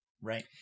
Right